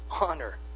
honor